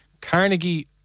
Carnegie